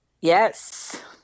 Yes